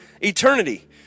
eternity